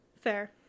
Fair